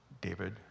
David